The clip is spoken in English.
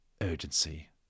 urgency